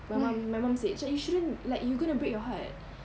my mum my mum said macam you shouldn't like you gonna break your heart